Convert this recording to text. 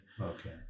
Okay